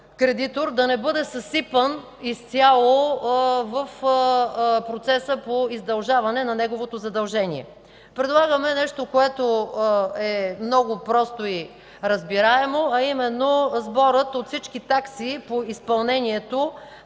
да не бъде съсипан изцяло в процеса по издължаване на неговото задължение. Предлагаме нещо, което е много просто и разбираемо, а именно сборът от всички такси по изпълнението